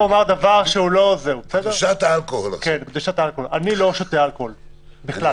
אדוני היושב-ראש, אני לא שותה אלכוהול בכלל.